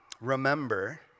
remember